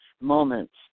moments